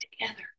together